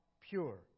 pure